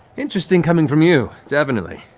interesting coming from you, definitely.